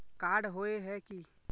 Card होय है की?